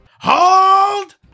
HOLD